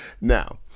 Now